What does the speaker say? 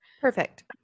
Perfect